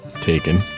Taken